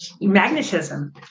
magnetism